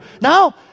Now